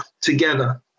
together